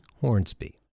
Hornsby